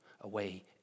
away